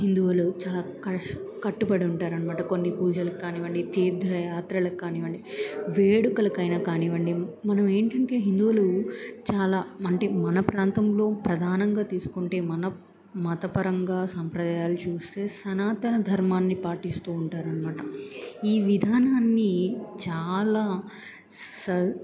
హిందువులు చాలా క కట్టుబడి ఉంటారు అనమాట కొన్ని పూజలకు కానివ్వండి తీర్థ్రయాత్రలకు కానివ్వండి వేడుకలకైనా కానివ్వండి మనం ఏంటంటే హిందువులు చాలా అంటే మన ప్రాంతంలో ప్రధానంగా తీసుకుంటే మన మతపరంగా సంప్రదాయాలు చూస్తే సనాతన ధర్మాన్ని పాటిస్తూ ఉంటారనమాట ఈ విధానాన్ని చాలా స